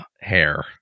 hair